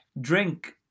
Drink